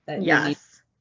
Yes